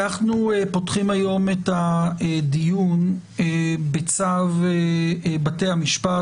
אנחנו פותחים היום את הדיון בצו בתי המשפט